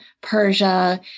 persia